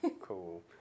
cool